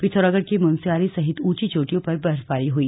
पिथौरागढ़ के मुन्स्यारी सहित ऊंची चोटियों पर बर्फबारी हुई